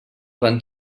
van